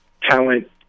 talent